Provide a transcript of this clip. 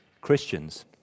Christians